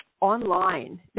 online